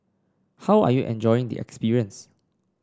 how are you enjoying the experience